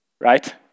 Right